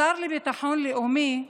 השר לביטחון לאומי,